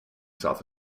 south